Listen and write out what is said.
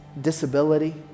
disability